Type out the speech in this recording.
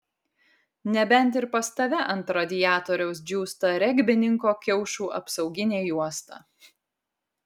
nebent ir pas tave ant radiatoriaus džiūsta regbininko kiaušų apsauginė juosta